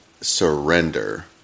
surrender